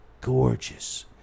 gorgeous